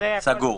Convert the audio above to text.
סגור.